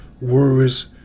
worries